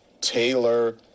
Taylor